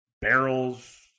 barrels